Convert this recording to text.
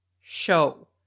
show